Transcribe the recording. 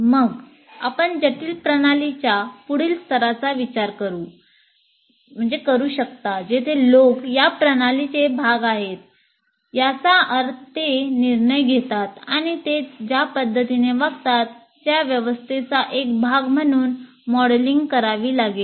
मग आपण जटिल प्रणालींच्या पुढील स्तराचा विचार करू शकता जेथे लोक या प्रणालीचे भाग आहेत याचा अर्थ ते निर्णय घेतात आणि ते ज्या पद्धतीने वागतात त्या व्यवस्थेचा एक भाग म्हणून मॉडेलिंग करावी लागेल